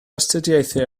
astudiaethau